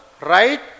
Right